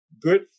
good